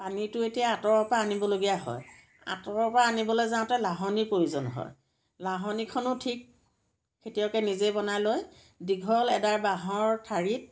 পানীটো এতিয়া আঁতৰৰ পৰা আনিবলগীয়া হয় আঁতৰৰ পৰা আনিবলে যাওঁতে লাহনীৰ প্ৰয়োজন হয় লাহনীখনো ঠিক খেতিয়কে নিজেই বনাই লয় দীঘল এডাল বাঁহৰ ঠাঁৰিত